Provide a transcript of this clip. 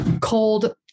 cold